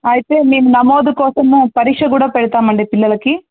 అయితే మేము నమోదు కోసం పరీక్ష కూడా పెడతాం అండి పిల్లలకి